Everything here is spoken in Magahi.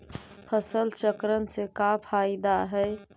फसल चक्रण से का फ़ायदा हई?